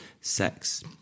sex